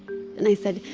and i said,